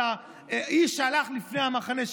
על האיש שהלך לפני המחנה,